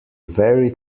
very